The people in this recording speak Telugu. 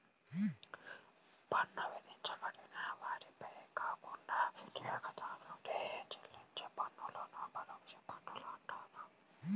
పన్ను విధించిన వారిపై కాకుండా వినియోగదారుడే చెల్లించే పన్నులను పరోక్ష పన్నులు అంటారు